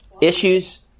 issues